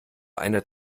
einer